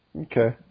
Okay